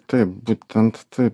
taip būtent taip